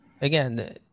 Again